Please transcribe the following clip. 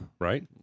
Right